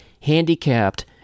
handicapped